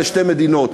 לשתי מדינות,